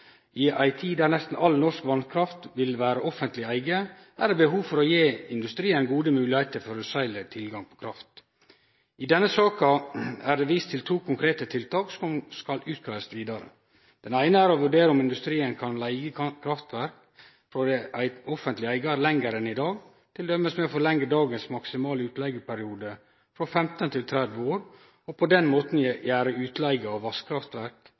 i ei tid der nesten all norsk vasskraft vil vere i offentleg eige, er det behov for å gje industrien gode moglegheiter for føreseieleg tilgang på kraft. I denne saka er det vist til to konkrete tiltak som skal utgreiast vidare. Det eine er å vurdere om industrien kan leige kraftverk frå ein offentleg eigar lenger enn i dag, t.d. med å forlenge dagens maksimale utleigeperiode frå 15 til 30 år, og på den måten gjere utleige av vasskraftverk